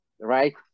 right